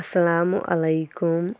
اَسَلامُ علیکُم